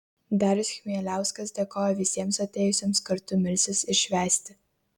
darius chmieliauskas dėkojo visiems atėjusiems kartu melstis ir švęsti